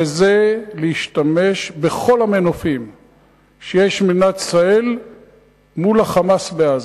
והיא להשתמש בכל המנופים שיש במדינת ישראל מול ה"חמאס" בעזה.